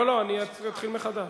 לא, אני אתחיל מחדש.